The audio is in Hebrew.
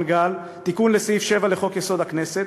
גל תיקון לסעיף 7 בחוק-יסוד: הכנסת,